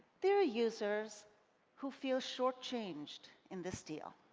there are users who feel short-changed in this deal.